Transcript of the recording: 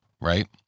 right